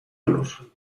olor